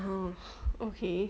oh okay